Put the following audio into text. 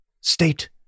State